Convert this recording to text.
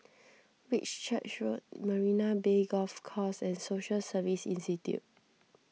Whitchurch Road Marina Bay Golf Course and Social Service Institute